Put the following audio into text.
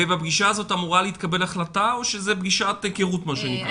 ובפגישה הזאת אמורה להתקבל החלטה או שזו פגישת היכרות מה שנקרא?